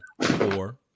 four